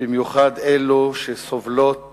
במיוחד אלה שסובלות